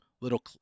little